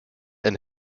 and